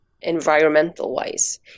environmental-wise